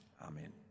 Amen